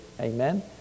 Amen